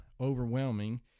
overwhelming